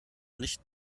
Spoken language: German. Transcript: nicht